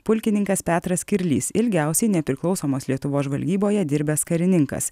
pulkininkas petras kirlys ilgiausiai nepriklausomos lietuvos žvalgyboje dirbęs karininkas